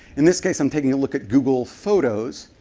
in this case, i'm talking a look at google photos,